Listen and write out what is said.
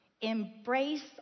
Embrace